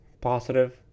positive